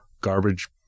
garbage